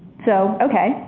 so okay.